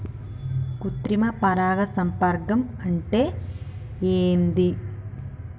కృత్రిమ పరాగ సంపర్కం అంటే ఏంది?